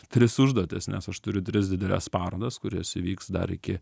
tris užduotis nes aš turiu tris dideles parodas kurios įvyks dar iki